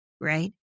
right